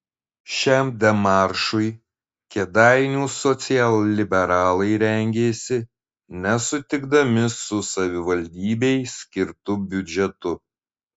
šiam demaršui kėdainių socialliberalai rengėsi nesutikdami su savivaldybei skirtu biudžetu